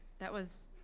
that was